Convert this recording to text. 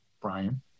Brian